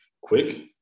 quick